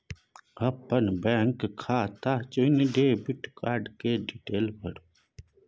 अपन बैंक खाता चुनि डेबिट कार्ड केर डिटेल भरु